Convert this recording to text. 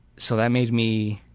so that made me